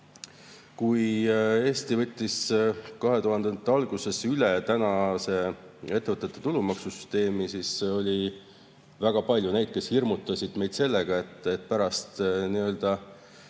Kui Eesti võttis 2000-ndate alguses üle praegu kehtiva ettevõtete tulumaksusüsteemi, siis oli väga palju neid, kes hirmutasid meid sellega, et kui